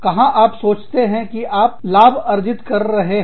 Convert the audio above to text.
कहां आप सोचते हैं कि आप लाभ अर्जित कर रहे हैं